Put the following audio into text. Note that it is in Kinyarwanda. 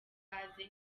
ikaze